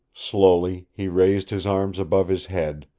slowly he raised his arms above his head,